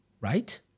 right